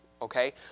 Okay